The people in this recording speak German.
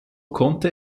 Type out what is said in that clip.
konnte